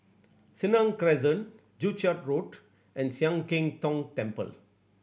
Senang Crescent Joo Chiat Road and Sian Keng Tong Temple